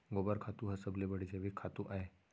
गोबर खातू ह सबले बड़े जैविक खातू अय